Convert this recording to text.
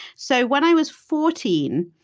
so when i was fourteen,